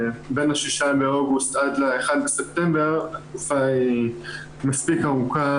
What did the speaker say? בין ה-6 באוגוסט עד ל-1 בספטמבר התקופה היא מספיק ארוכה